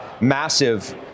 massive